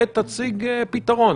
ותציג פתרון.